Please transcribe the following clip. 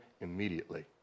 immediately